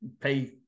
pay